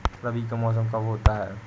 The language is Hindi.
रबी का मौसम कब होता हैं?